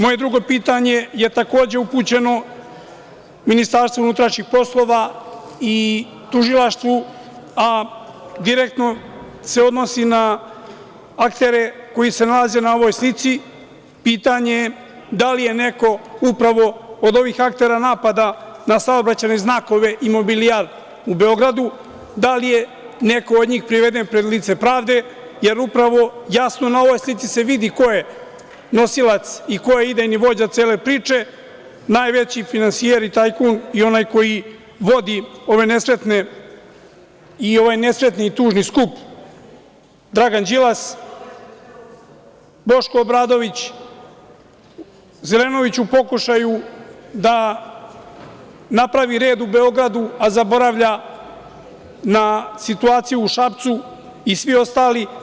Moje sledeće pitanje je takođe upućeno Ministarstvu unutrašnjih poslova i Tužilaštvu, a direktno se odnosi na aktere koji se nalaze na ovoj slici - da li je neko upravo od ovih aktera napada na saobraćajne znakove imobilijar u Beogradu, da li je neko od njih priveden pred lice pravde, jer upravo se jasno na ovoj slici vidi ko je nosilac i ko je idejni vođa cele priče, najveći finansijer i tajkun i onaj koji vodi ove nesretne i ovaj nesretni i tužni skup, Dragan Đilas, Boško Obradović, Zelenović u pokušaju da napravi red u Beogradu, a zaboravlja na situaciju u Šapcu i svi ostali.